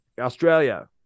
Australia